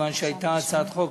מכיוון שהייתה הצעת חוק,